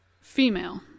female